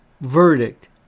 verdict